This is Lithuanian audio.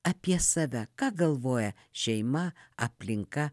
apie save ką galvoja šeima aplinka